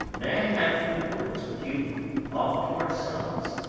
may i have two words with you all to ourselves?